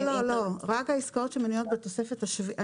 לא, רק על העסקאות שמנויות בתוספת השנייה.